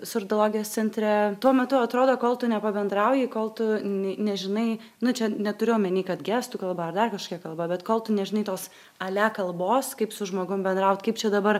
surdologijos centre tuo metu atrodo kol tu nepabendrauji kol tu nežinai nu čia neturiu omenyj kad gestų kalba dar kažkokia kalba bet kol tu nežinai tos ale kalbos kaip su žmogum bendraut kaip čia dabar